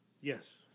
Yes